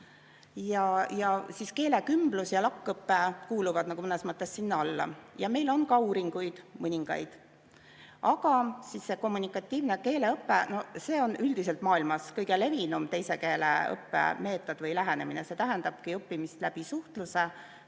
Keelekümblus ja LAK-õpe kuuluvad nagu mõnes mõttes sinna alla. Meil on ka mõningaid uuringuid. Aga kommunikatiivne keeleõpe on üldiselt maailmas kõige levinum teise keele õppe meetod või lähenemine. See tähendabki õppimist läbi suhtluse,